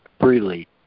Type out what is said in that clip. freely